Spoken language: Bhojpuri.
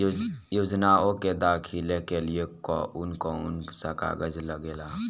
योजनाओ के दाखिले के लिए कौउन कौउन सा कागज लगेला?